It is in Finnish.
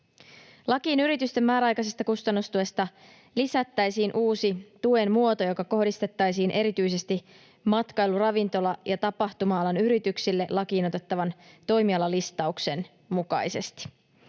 Lakiin yritysten määräaikaisesta kustannustuesta lisättäisiin uusi tuen muoto, joka kohdistettaisiin erityisesti matkailu-, ravintola- ja tapahtuma-alan yrityksille lakiin otettavan toimialalistauksen mukaisesti.